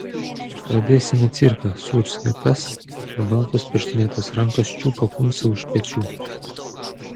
pradėsime cirką suurzgė tas ir baltos pirštinėtos rankos čiupo kuncą už pečių